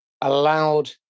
allowed